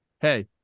hey